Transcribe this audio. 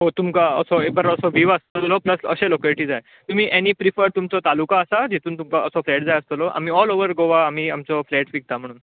so तुमकां असो एक बरो असो व्हीव आसलेलो प्लेस अशें लोकेलटी जाय तुमी एनी प्रिफर तुमचो तालुका आसा जितून तुमकां असो फ्लॅट जाय आसतलो आमी ओल ओवर गोवा आमी आमचो फ्लॅट विकता म्हणून